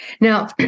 Now